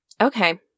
Okay